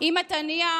// אם את ענייה,